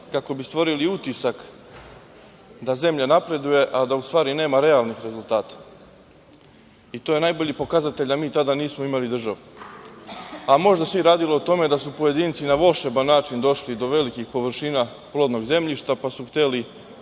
kako bi stvorili utisak da zemlja napreduje, a da u stvari nema realnih rezultata i to je najbolji pokazatelj, a mi tada nismo imali državu, a možda se i radilo o tome da su pojedinci na volšeban način došli do velikih površina plodnog zemljišta, pa su hteli